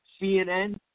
CNN